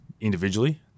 individually